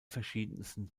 verschiedensten